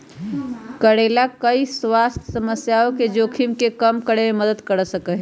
करेला कई स्वास्थ्य समस्याओं के जोखिम के कम करे में मदद कर सका हई